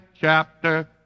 chapter